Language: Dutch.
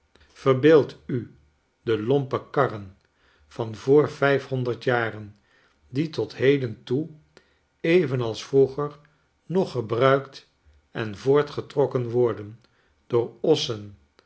yerbeeld u de lompe karren van voor vijfhonderd jaren die tot heden toe evenals vroeger nog gebruikt en voortgetrokken worden door ossen